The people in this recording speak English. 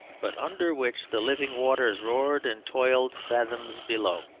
but under which the living waters roared and toiled fathoms below.